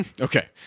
Okay